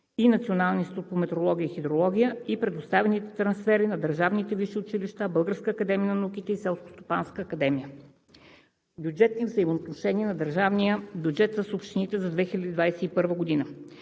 и Националния институт по метеорология и хидрология, и предоставените трансфери за държавните висши училища, Българската академия на науките и Селскостопанската академия. Бюджетни взаимоотношения на държавния бюджет с общините за 2021 г.